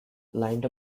lined